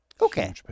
Okay